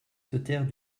sautèrent